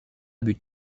but